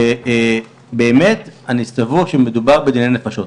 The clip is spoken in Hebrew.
אני באמת סבור שמדובר בדיני נפשות,